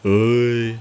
!oi!